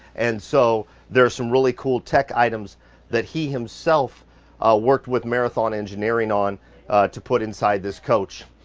and so there are some really cool tech items that he himself worked with marathon engineering on to put inside this coach.